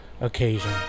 occasion